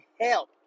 help